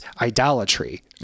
idolatry